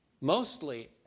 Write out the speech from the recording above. mostly